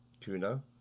tuna